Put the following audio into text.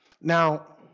Now